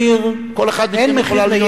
כל אחד מכם יכולה להיות לו,